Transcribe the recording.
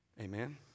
Amen